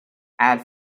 add